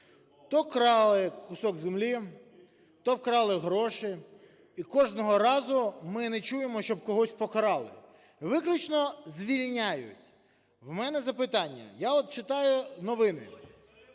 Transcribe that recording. то вкрали кусок землі, то вкрали гроші. І кожного разу ми не чуємо, щоб когось покарали. Виключно звільняють. У мене запитання. Я от читаю новини…